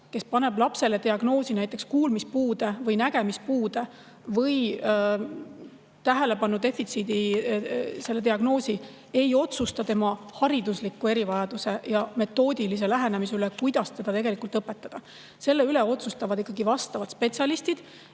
kes paneb lapsele diagnoosi, näiteks kuulmispuude või nägemispuude või tähelepanu defitsiidi diagnoosi, ei otsusta tema haridusliku erivajaduse ja metoodilise lähenemise üle, kuidas teda õpetada. Selle üle otsustavad ikkagi vastavad spetsialistid,